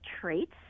traits